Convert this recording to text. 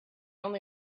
only